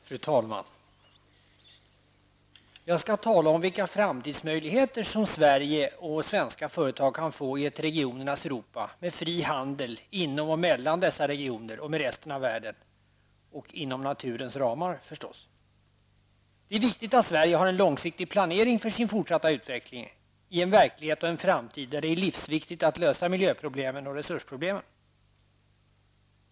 Fru talman! Jag skall tala om de framtidsmöjligheter som Sverige och svenska företag kan få i ett regionernas Europa med fri handel inom och mellan dessa regioner och med resten av världen och inom naturens ramar. Det är viktigt att Sverige har en långsiktig planering för sin fortsatta utveckling i en verklighet och en framtid där det är livsviktigt att lösa miljöproblemen och resursproblemen.